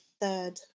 third